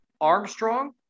Armstrong